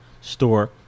store